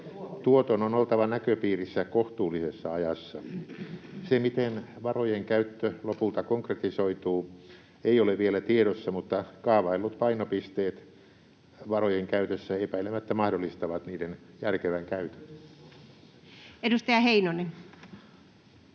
Tuoton on oltava näköpiirissä kohtuullisessa ajassa. Se, miten varojen käyttö lopulta konkretisoituu, ei ole vielä tiedossa, mutta kaavaillut painopisteet varojen käytössä epäilemättä mahdollistavat niiden järkevän käytön. Edustaja Heinonen.